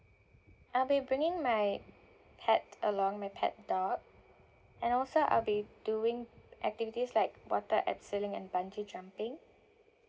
I'll be bringing my pet along my pet dog and also I'll be doing activities like water abseiling and bungee jumping